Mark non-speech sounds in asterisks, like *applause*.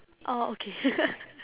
oh okay *noise*